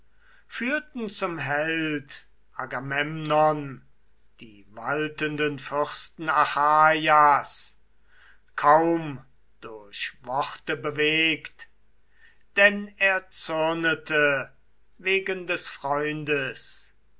führten zum held agamemnon die waltenden fürsten achaias kaum durch worte bewegt denn er zürnete wegen des freundes